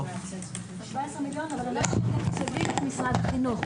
17 מיליון, אבל אנחנו מתוקצבים עם משרד החינוך.